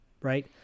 right